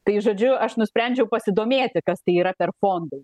tai žodžiu aš nusprendžiau pasidomėti kas tai yra per fondai